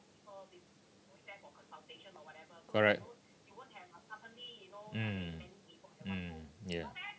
correct mm mm ya